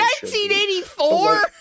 1984